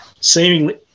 Seemingly